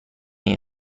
این